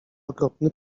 okropny